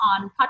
on